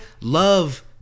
love